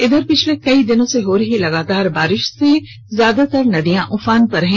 इधर पिछले कई दिनों से हो रही लगातार बारिश से ज्यादातर नदियां उफान पर हैं